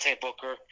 Booker